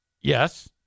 Yes